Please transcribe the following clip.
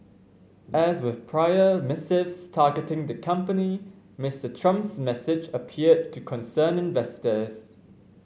as with prior missives targeting the company Mister Trump's message appeared to concern investors